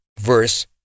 verse